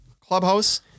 Clubhouse